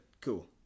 cool